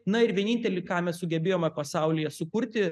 na ir vienintelį ką mes sugebėjome pasaulyje sukurti